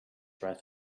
breath